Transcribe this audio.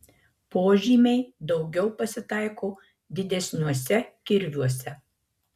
požymiai daugiau pasitaiko didesniuose kirviuose